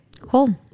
Cool